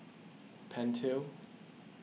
Pentel